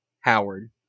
howard